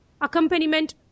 accompaniment